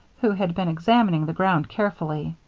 who had been examining the ground carefully.